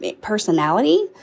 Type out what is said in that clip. personality